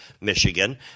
Michigan